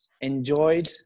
enjoyed